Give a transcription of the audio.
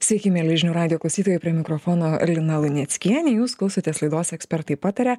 sveiki mieli žinių radijo klausytojai prie mikrofono lina luneckienė jūs klausotės laidos ekspertai pataria